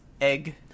egg